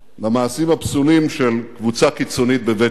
למעשים הפסולים של קבוצה קיצונית בבית-שמש.